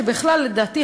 ולדעתי,